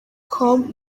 com